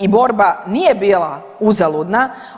i borba nije bila uzaludna.